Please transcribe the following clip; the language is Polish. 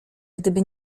gdyby